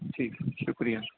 ٹھیک ہے شکریہ